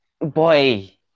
boy